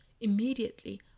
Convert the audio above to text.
immediately